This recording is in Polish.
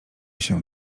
się